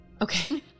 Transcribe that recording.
Okay